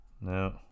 No